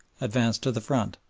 advanced to the front,